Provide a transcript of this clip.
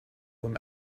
them